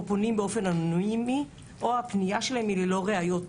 פונים באופן אנונימי או שהפנייה שלהם היא ללא ראיות.